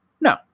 No